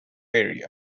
area